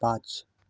पाँच